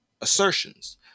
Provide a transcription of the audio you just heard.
assertions